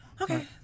Okay